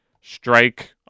strike